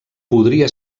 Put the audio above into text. podria